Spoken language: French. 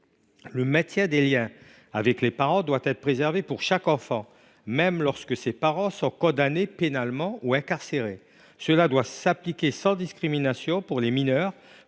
Le maintien des liens de l’enfant avec ses parents doit être préservé, même lorsque ces derniers sont condamnés pénalement ou incarcérés. Cela doit s’appliquer sans discrimination pour les mineurs,